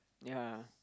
ya